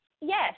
Yes